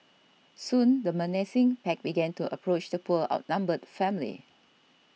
soon the menacing pack began to approach the poor outnumbered family